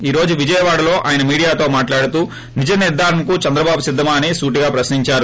ఈ రోజు విజయవాడ లో ఆయన మీడియా తో మాట్లాడుతూ నిజ నిర్గారణకు చంద్రబాబు సిద్దమా అని సూటిగా ప్రశ్నించారు